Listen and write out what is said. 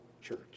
church